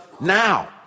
now